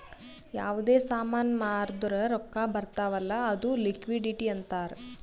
ಯಾವ್ದೇ ಸಾಮಾನ್ ಮಾರ್ದುರ್ ರೊಕ್ಕಾ ಬರ್ತಾವ್ ಅಲ್ಲ ಅದು ಲಿಕ್ವಿಡಿಟಿ ಅಂತಾರ್